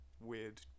weird